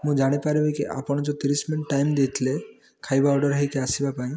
ମୁଁ ଜାଣିପାରିବିକି ଆପଣ ଯେଉଁ ତିରିଶ ମିନିଟ୍ ଟାଇମ୍ ଦେଇଥିଲେ ଖାଇବା ଅର୍ଡ଼ର୍ ହେଇକି ଆସିବାପାଇଁ